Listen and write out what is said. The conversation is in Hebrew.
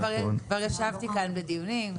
כבר ישבתי כאן בדיונים,